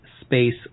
space